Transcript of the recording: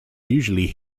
usually